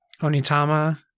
Onitama